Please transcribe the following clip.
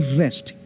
rest